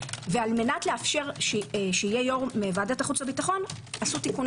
ועל-מנת לאפשר שיהיה יו"ר מוועדת החוץ והביטחון עשו תיקוני